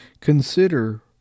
Consider